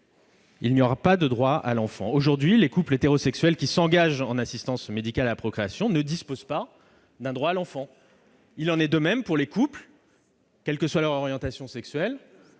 a pas aujourd'hui de droit à l'enfant. Actuellement, les couples hétérosexuels qui s'engagent dans l'assistance médicale à la procréation ne disposent pas d'un droit à l'enfant. Il en est de même pour les couples, quelle que soit leur orientation sexuelle,